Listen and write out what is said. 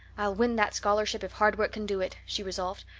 i'll win that scholarship if hard work can do it, she resolved.